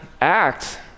Act